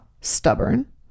stubborn